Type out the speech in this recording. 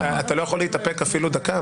אתה לא יכול להתאפק אפילו דקה?